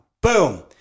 Boom